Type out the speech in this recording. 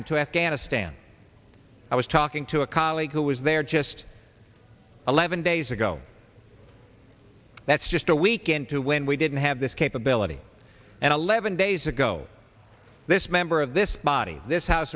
and to afghanistan i was talking to a colleague who was there just eleven days ago that's just a week into when we didn't have this capability and eleven days ago this member of this body this house